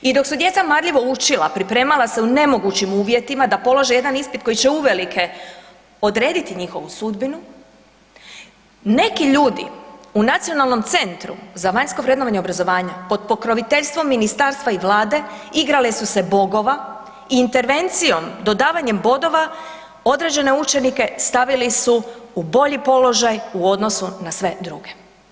I dok su djeca marljivo učila i pripremala se u nemogućim uvjetima da polože jedan ispit koji će uvelike odrediti njihovu sudbinu neki ljudi u Nacionalnom centru za vanjsko vrednovanje obrazovanja pod pokroviteljstvom ministarstva i vlade igrale su se Bogova i intervencijom dodavanjem bodova određene učenike stavili su u bolji položaj u odnosu na sve druge.